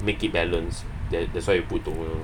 make it balance that that's why you use toner